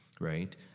right